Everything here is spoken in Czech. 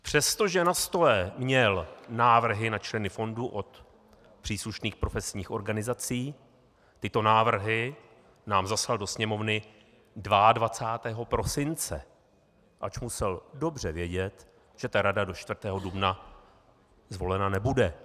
Přestože na stole měl návrhy na členy fondu od příslušných profesních organizací, tyto návrhy nám zaslal do Sněmovny 22. prosince, ač musel dobře vědět, že rada do 4. dubna zvolena nebude.